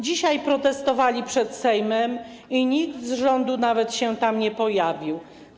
Dzisiaj protestowali przed Sejmem i nikt z rządu nawet się tam nie pojawił.